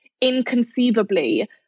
inconceivably